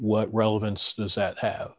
what relevance does that have